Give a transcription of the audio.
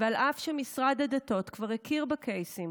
ואף שמשרד הדתות כבר הכיר בקייסים,